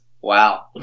Wow